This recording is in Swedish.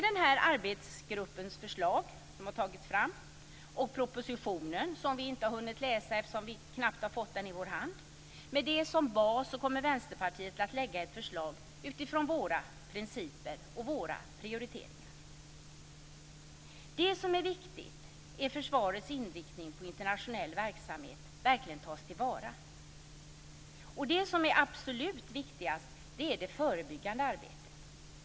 Med arbetsgruppens förslag, som har tagits fram, och med propositionen, som vi inte har hunnit läsa eftersom vi knappt har fått den i vår hand - med dem som bas kommer Vänsterpartiet att lägga fram ett förslag utifrån våra principer och våra prioriteringar. Det som är viktigt är att försvarets inriktning på internationell verksamhet verkligen tas till vara. Det som är absolut viktigast är det förebyggande arbetet.